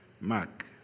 Mark